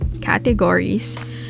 categories